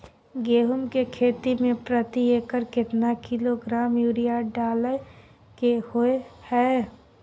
गेहूं के खेती में प्रति एकर केतना किलोग्राम यूरिया डालय के होय हय?